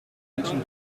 reaching